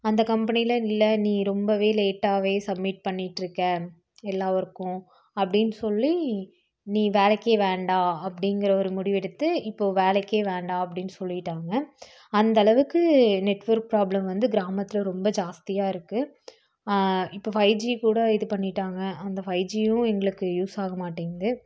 அந்த கம்பெனியில் இல்லை நீ ரொம்பவே லேட்டாகவே சப்மிட் பண்ணிட்டிருக்கே எல்லா ஒர்க்கும் அப்படின்னு சொல்லி நீ வேலைக்கே வேண்டாம் அப்படிங்குற ஒரு முடிவெடுத்து இப்போது வேலைக்கே வேண்டாம் அப்படின்னு சொல்லிவிட்டாங்க அந்த அளவுக்கு நெட்வொர்க் ப்ராப்ளம் வந்து கிராமத்தில் ரொம்ப ஜாஸ்தியாக இருக்குது இப்போ ஃபைஜி கூட இது பண்ணிவிட்டாங்க அந்த ஃபைஜியும் எங்களுக்கு யூஸ் ஆக மாட்டேங்குது